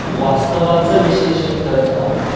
वास्तवाचं विश्लेषण करत राहतो